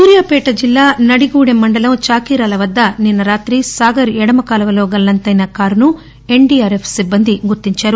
సూర్యాపేట జిల్లా నడిగూడెం మండలం చాకిరాల దగ్గర నిన్న రాత్రి సాగర్ ఎడమ కాలువలో గల్లంతయిన కారును ఎన్ డి ఆర్ ఎఫ్ సిబ్బంది గుర్తించారు